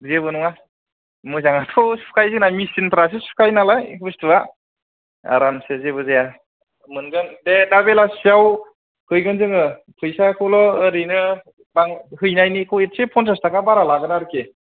जेबो नङा मोजां आथ' सुखायो जोंना मेसिनफ्रासो सुखायो नालाय बुसथु आ आराम सो जेबो जाया मोनगोन देे दा बेलासियाव हैगोन जोङो फैसाखौल' ओरैनो बां हैनायनिखौ एसे फनसास थाखा बारा लागोन आरोखि